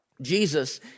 Jesus